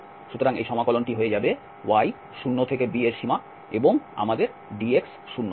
সুতরাং এই সমাকলনটি হয়ে যাবে y 0 থেকে b এর সীমা এবং আমাদের dx 0 আছে